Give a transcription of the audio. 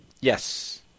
Yes